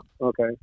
Okay